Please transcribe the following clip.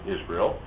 Israel